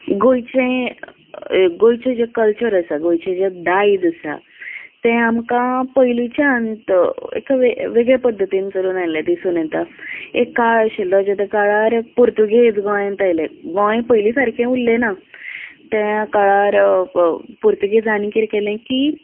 गोंयचें गोंयचें जें कल्चर आसा गोंयचें जें दायज आसा तें आमकां पयलींच्यांत एका वे वेगळे पद्दतीन चलून आयल्लें दिसून येता एक काळ आशिल्लो जेदे काळार पुर्तुगेज गोंयांत आयले गोंय पयलीं सारकें उरलें ना त्या काळार पुर्तुगेजांनी किदें केलें की